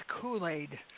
kool-aid